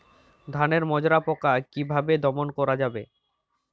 ধানের মাজরা পোকা কি ভাবে দমন করা যাবে?